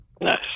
Nice